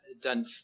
done